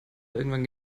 irgendwann